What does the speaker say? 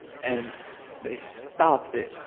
and they stopped it.